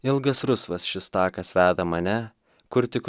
ilgas rusvas šis takas veda mane kur tik